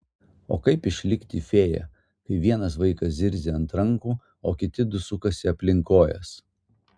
o kaip išlikti fėja kai vienas vaikas zirzia ant rankų o kiti du sukasi aplink kojas